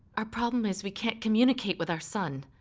our problem is we can't communicate with our son.